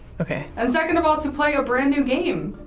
okay and second of all, to play a brand new game.